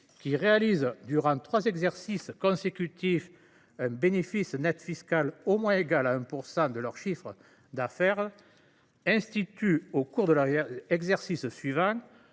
réalisant durant trois exercices consécutifs un bénéfice net fiscal au moins égal à 1 % de leur chiffre d’affaires instituent, au cours de l’exercice suivant,